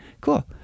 Cool